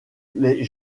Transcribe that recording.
les